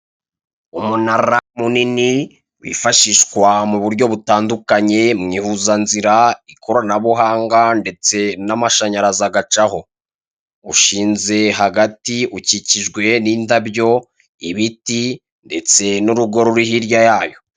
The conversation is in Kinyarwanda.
Umunara munini wifashishwa mu buryo butandukanye mu ihuzanzira, ikoranabuhanga ndetse n'amashanyarazi agacaho. Ushinze hagati ukikijwe n'indabyo, ibiti ndetse n'urugo ruri hirya yawo.